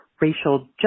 racial